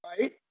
Right